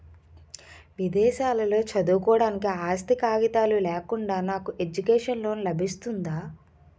విదేశాలలో చదువుకోవడానికి ఆస్తి కాగితాలు లేకుండా నాకు ఎడ్యుకేషన్ లోన్ లబిస్తుందా?